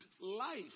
life